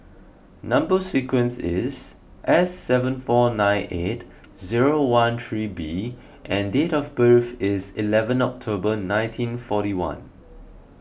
Number Sequence is S seven four nine eight zero one three B and date of birth is eleven October nineteen forty one